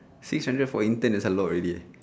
six hundred for intern is a lot already